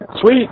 Sweet